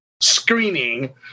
screening